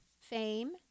Fame